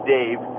Dave